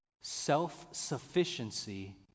self-sufficiency